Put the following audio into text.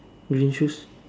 green shoes